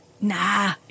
nah